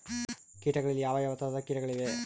ಕೇಟಗಳಲ್ಲಿ ಯಾವ ಯಾವ ತರಹದ ಕೇಟಗಳು ಇವೆ?